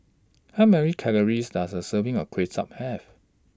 How Many Calories Does A Serving of Kway Chap Have